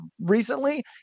recently